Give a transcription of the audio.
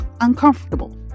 uncomfortable